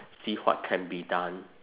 see what can be done